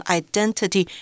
identity